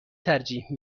ترجیح